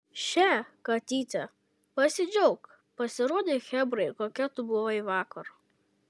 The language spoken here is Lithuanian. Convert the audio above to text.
še katyte pasidžiauk pasirodyk chebrai kokia tu buvai vakar